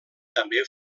també